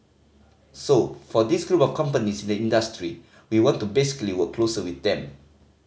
so for these group of companies in the industry we want to basically work closer with them